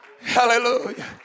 Hallelujah